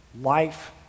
life